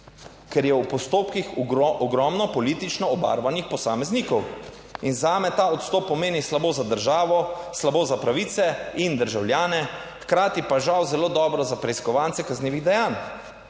Ker je v postopkih ogromno politično obarvanih posameznikov in zame ta odstop pomeni slabo za državo, slabo za pravice in državljane, hkrati pa žal zelo dobro za preiskovalce kaznivih dejanj.